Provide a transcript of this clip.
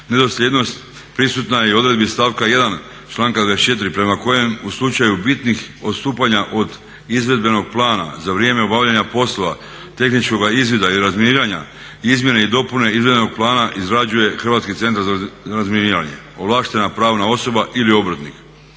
nedosljednost prisutna je i u odredbi stavka 1. članka 24. prema kojem u slučaju bitnih odstupanja od izvedbenog plana za vrijeme obavljanja poslova tehničkog izvida i razminiranja. Izmjene i dopune izvedbenog plana izrađuje HCR, ovlaštena pravna osoba ili obrtnik.